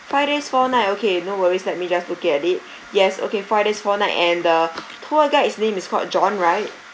five days four night okay no worries let me just looking at it yes okay five days four night and the tour guide's name is called john right